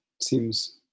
seems